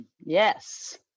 Yes